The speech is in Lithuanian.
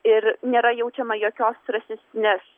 ir nėra jaučiama jokios rasistinės